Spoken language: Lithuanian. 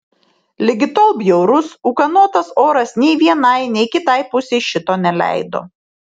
ligi tol bjaurus ūkanotas oras nei vienai nei kitai pusei šito neleido